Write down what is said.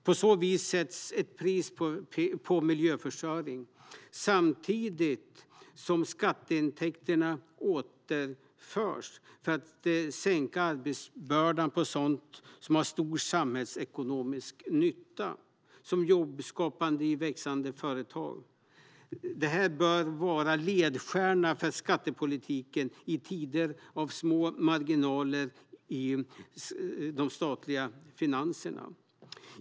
På så vis sätts ett pris på miljöförstöring samtidigt som skatteintäkterna återförs för att sänka skattebördan på sådant som har stor samhällsekonomisk nytta, som jobbskapande i växande företag. Detta bör vara en ledstjärna för skattepolitiken i tider av små marginaler i de statliga finanserna.